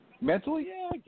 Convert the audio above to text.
Mentally